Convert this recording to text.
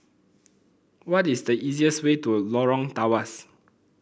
what is the easiest way to Lorong Tawas